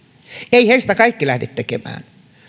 eivät heistä kaikki lähde tekemään